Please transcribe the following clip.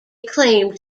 claimed